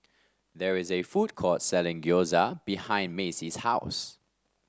there is a food court selling Gyoza behind Macie's house